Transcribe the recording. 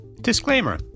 Disclaimer